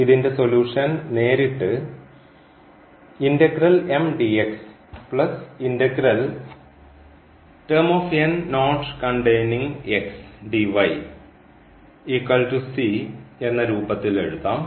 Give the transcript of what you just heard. ഇതിൻറെ സൊലൂഷൻ നേരിട്ട് എന്ന രൂപത്തിൽ എഴുതാം